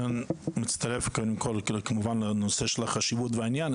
אני מצטרף קודם כל כמובן לנושא של החשיבות והעניין.